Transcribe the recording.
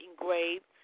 engraved